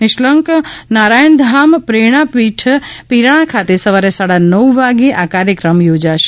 નિષ્કલંક નારાયણ ધામ પ્રેરણા પીઠ પિરાણા ખાતે સવારે સાડા નવ વાગ્યે આ કાર્યક્રમ યોજાશે